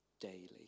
daily